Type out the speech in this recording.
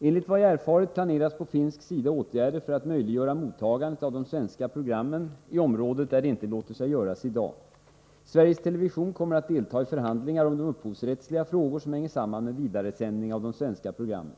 Enligt vad jag har erfarit planeras på finsk sida åtgärder för att möjliggöra mottagande av de svenska TV-programmen i områden där det inte låter sig göras i dag. Sveriges television kommer att delta i förhandlingar om de upphovsrättsliga frågor som hänger samman med vidaresändning av de svenska programmen.